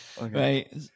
Right